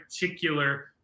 particular